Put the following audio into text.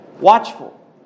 Watchful